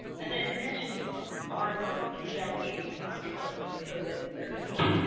as and i mentioned ah rmos can delegate responsibility so that there can be